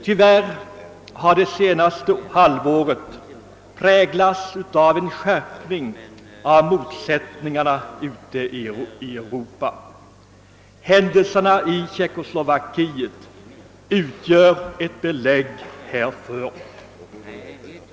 Tyvärr har det senaste halvåret präglats av en skärpning av motsättningarna ute i Europa. Händelserna i Tjeckoslovakien utgör belägg härför.